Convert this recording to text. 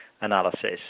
analysis